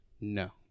No